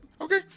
Okay